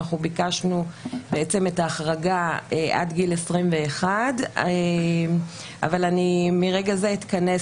אנחנו ביקשנו בעצם את ההחרגה עד גיל 21. אבל אני מרגע זה אתכנס